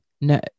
No